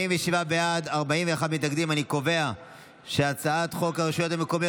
ההצעה להעביר את הצעת חוק הרשויות המקומיות